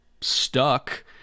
stuck